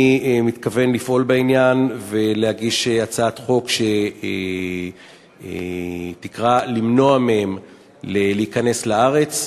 אני מתכוון לפעול בעניין ולהגיש הצעת חוק שתקרא למנוע מהם להיכנס לארץ.